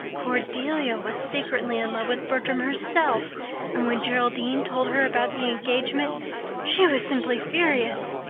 cordelia was secretly in love with bertram herself and when geraldine told her about the engagement she was simply furious,